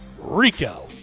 Rico